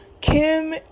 kim